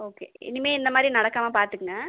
okay இனிமேல் இந்தமாதிரி நடக்காமல் பார்த்துக்குங்க